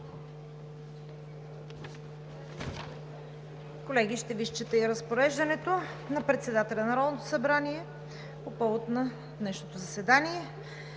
Колеги, ще Ви изчета разпореждането на председателя на Народното събрание по повод на днешното заседание: